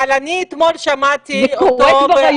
אני אתמול שמעתי אותו,